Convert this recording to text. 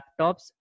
laptops